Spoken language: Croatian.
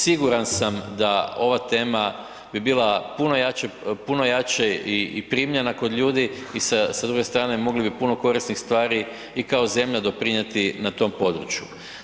Siguran sam da ova tema bi bila puno jača, puno jače i primljena kod ljudi i sa, sa druge strane mogli bi puno korisnih stvari i kao zemlja doprinjeti na tome području.